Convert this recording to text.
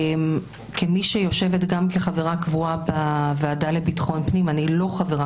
כמי שיושבת גם כחברה קבועה בוועדה לביטחון פנים אני לא חברה